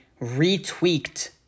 retweaked